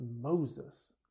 Moses